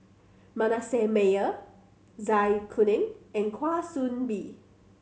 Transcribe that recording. Manasseh Meyer Zai Kuning and Kwa Soon Bee